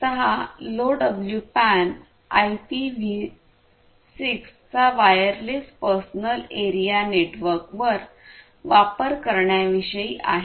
6 LoWPAN IPv 6 चा wireless personal area नेटवर्कवर वापर करण्याविषयी आहे